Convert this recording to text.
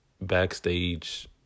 backstage